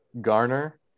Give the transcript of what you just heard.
Garner